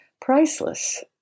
priceless